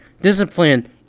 discipline